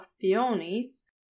peonies